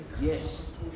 Yes